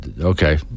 Okay